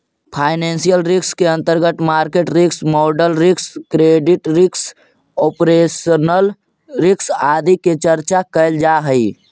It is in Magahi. फाइनेंशियल रिस्क के अंतर्गत market risk, model risk, credit risk, operational risk इत्यादि के चर्चा कैल जा हई